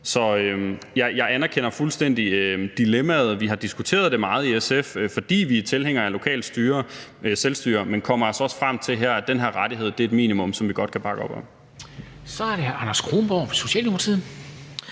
Så jeg anerkender fuldstændig dilemmaet – vi har diskuteret det meget i SF, fordi vi er tilhængere af lokalt selvstyre, men vi kommer altså også frem til her, at den her rettighed er et minimum, som vi godt kan bakke op om. Kl. 11:13 Formanden (Henrik Dam